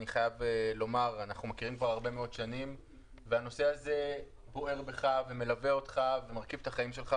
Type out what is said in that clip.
אני חייב לומר שהנושא הזה בוער בך ומלווה אותך ומרכיב את החיים שלך,